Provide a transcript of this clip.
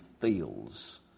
feels